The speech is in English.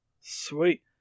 Sweet